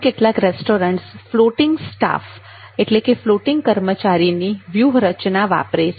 અન્ય કેટલાક restaurants floating staff floating કર્મચારીની વ્યૂહરચના વાપરે છે